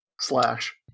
slash